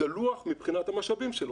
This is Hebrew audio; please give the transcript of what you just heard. דלוח מבחינת המשאבים שלנו.